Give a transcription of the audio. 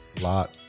lot